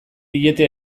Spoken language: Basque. diete